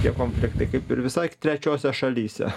tie konfliktai kaip ir visai trečiose šalyse